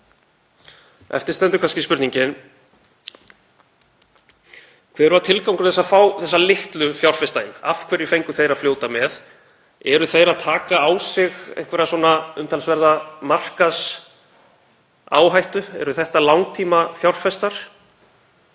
Eftir stendur kannski spurningin: Hver var tilgangur þess að fá þessa litlu fjárfesta? Af hverju fengu þeir að fljóta með? Taka þeir á sig einhverja umtalsverða markaðsáhættu? Eru þetta langtímafjárfestar?